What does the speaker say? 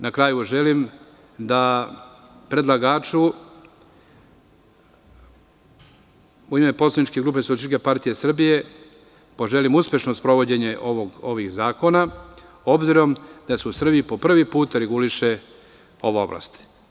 Na kraju, želim da predlagaču u ime poslaničke grupe SPS poželim uspešno sprovođenje ovih zakona, obzirom da se u Srbiji prvi put reguliše ova oblast.